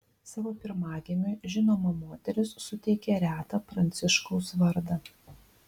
savo pirmagimiui žinoma moteris suteikė retą pranciškaus vardą